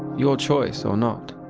your choice or not?